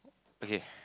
okay